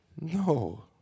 No